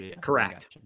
Correct